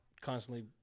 constantly